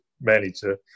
manager